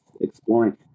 exploring